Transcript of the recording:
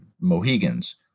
Mohegans